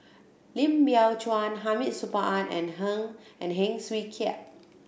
Lim Biow Chuan Hamid Supaat and Heng and Hing Swee Keat